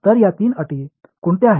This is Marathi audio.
तर या तीन अटी कोणत्या आहेत